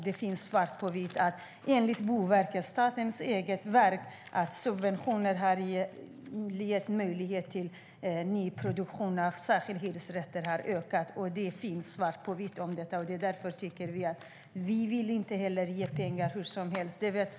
Det finns även svart på vitt enligt Boverket, statens eget verk, att subventioner gett möjlighet till nyproduktion. Särskilt antalet hyresrätter har ökat. Vi vill inte heller ge pengar hur som helst.